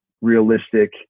realistic